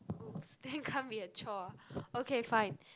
then can't be a chore okay fine